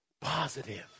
Positive